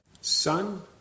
Son